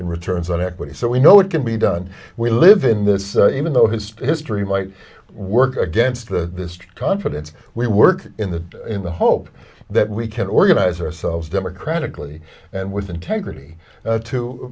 in returns on equity so we know it can be done we live in this even though his history might work against the confidence we work in the in the hope that we can organize ourselves democratically and with integrity